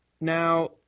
now